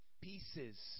pieces